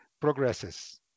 progresses